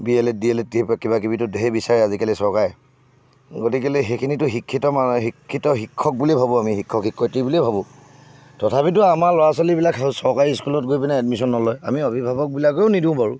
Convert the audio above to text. B El Ed D El Ed দিয়ে বা কিবাকিবিতো ঢেৰ বিচাৰে আজিকালি চৰকাৰে গতিকেলে সেইখিনিতো শিক্ষিত মানুহ শিক্ষিত শিক্ষক বুলিয়ে ভাবোঁ আমি শিক্ষক শিক্ষয়িত্ৰী বুলিয়ে ভাবোঁ তথাপিতো আমাৰ ল'ৰা ছোৱালীবিলাক চৰকাৰী স্কুলত গৈ পিনে এডমিশ্যন নলয় আমি অভিভাৱকবিলাকেও নিদিওঁ বাৰু